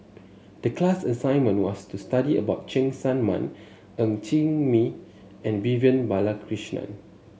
the class assignment was to study about Cheng Tsang Man Ng Chee Meng and Vivian Balakrishnan